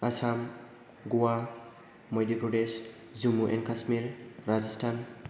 Assam Goa Madhya' Pradesh Jammu and Kashmir Rajasthan